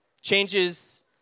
Changes